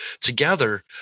together